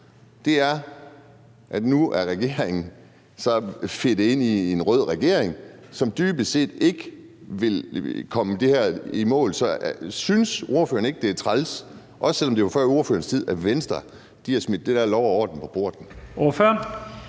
er, at nu er man så blevet fedtet ind i en rød regering, som dybest set ikke vil komme i mål med det her. Så synes ordføreren ikke, at det er træls, også selv om det var før ordførerens tid, at Venstre har smidt det der med lov og orden på porten? Kl.